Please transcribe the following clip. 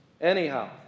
Anyhow